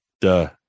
duh